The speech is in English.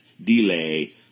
delay